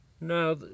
Now